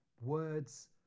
Words